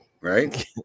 right